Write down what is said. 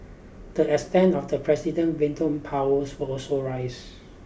the extent of the president veto powers was also rise